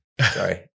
Sorry